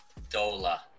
Dola